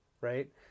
right